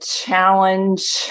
challenge